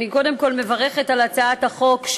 אני קודם כול מברכת על הצעת החוק,